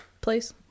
place